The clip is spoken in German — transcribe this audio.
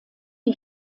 die